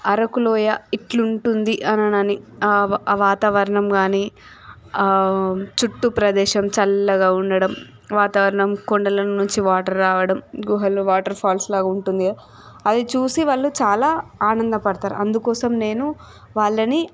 అరకు లోయ ఇట్లా ఉంటుంది అని ఆ ఆ వాతావరణం కానీ చుట్టూ ప్రదేశం చల్లగా ఉండడం వాతావరణం కొండల నుంచి వాటర్ రావడం గుహలు వాటర్ ఫాల్స్లా ఉంటుంది అది చూసి వాళ్ళు చాలా ఆనంద పడుతారు అందుకోసం నేను వాళ్ళని